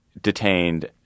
detained